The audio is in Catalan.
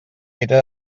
pere